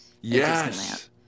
Yes